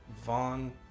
Vaughn